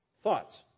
thoughts